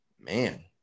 man